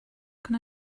can